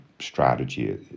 strategy